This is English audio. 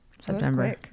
september